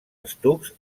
estucs